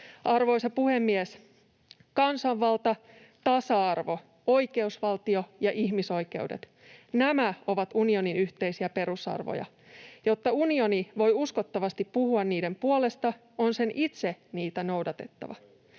Arvoisa puhemies! Kansanvalta, tasa-arvo, oikeusvaltio ja ihmisoikeudet — nämä ovat unionin yhteisiä perusarvoja. Jotta unioni voi uskottavasti puhua niiden puolesta, on sen itse niitä noudatettava.